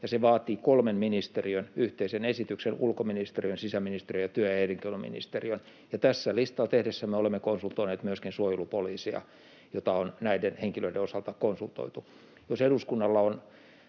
Se vaatii kolmen ministeriön yhteisen esityksen: ulkoministeriön, sisäministeriön ja työ- ja elinkeinoministe-riön. Ja tässä listaa tehdessämme olemme konsultoineet myöskin suojelupoliisia, jota on näiden henkilöiden osalta konsultoitu. Jos eduskunnalla on